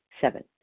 Seven